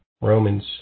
Romans